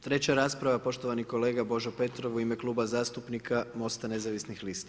Treća rasprava poštovani kolega Božo Petrov u ime Kluba zastupnika MOST-a nezavisnih lista.